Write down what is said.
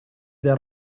del